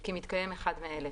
כי מתקיים אחד מאלה: